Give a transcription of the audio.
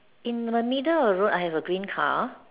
in the middle of road I have a green car